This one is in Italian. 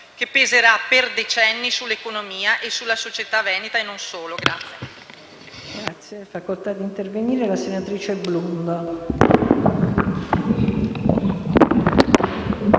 che peserà per decenni sull'economia e sulla società veneta e non solo.